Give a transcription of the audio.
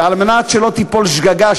ועל מנת שלא תיפול שגגה,